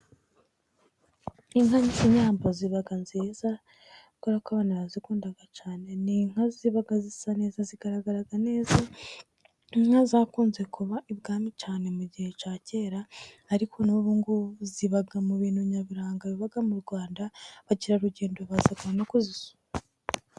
Inka z'inyambo ziba nziza kubera ko abatu bazikunda cyane. Ni inka ziba zisa neza, zigaragaraga neza. Inka zakunze kuba ibwami cyane mu gihe cya kera, ariko n'ubungubu ziba mu bintu nyaburanga biba mu Rwanda. Abakerarugendo baza no kuzisura.